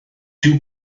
dyw